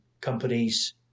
companies